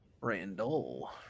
Randall